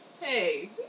Hey